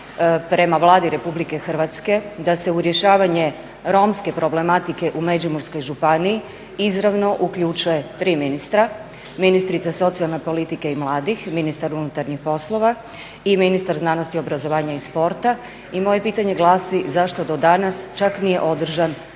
prema Vladi RH da se u rješavanje romske problematike u Međimurskoj županiji izravno uključe tri ministra, ministrica socijalne politike i mladih, ministar unutarnjih poslova i ministar obrazovanja, znanosti i sporta. I moje pitanje glasi zašto do danas čak nije održan